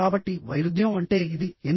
కాబట్టి వైరుధ్యం అంటే ఇది ఎన్ని